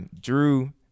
Drew